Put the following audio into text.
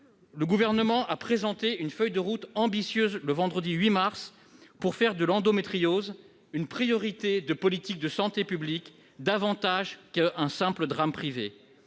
Le Gouvernement a présenté une feuille de route ambitieuse le vendredi 8 mars pour faire de l'endométriose une priorité de notre politique de santé publique, davantage qu'un simple drame privé.